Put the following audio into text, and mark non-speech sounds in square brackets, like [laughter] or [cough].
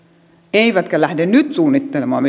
eivätkä lähde nyt suunnittelemaan [unintelligible]